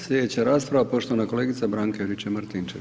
Slijedeća rasprava poštovana kolegica Branka Juričev Martinčev.